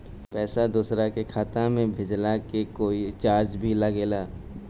पैसा दोसरा के खाता मे भेजला के कोई चार्ज भी लागेला?